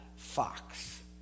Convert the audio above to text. Fox